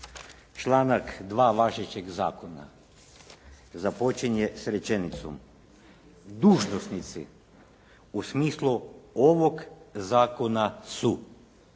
Članak 2. važećeg zakona započinje s rečenicom: Dužnosnici u smislu ovog zakona su,